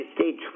States